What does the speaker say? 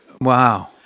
Wow